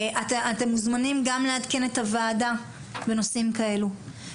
אתם מוזמנים גם לעדכן את הוועדה בנושאים כאלו.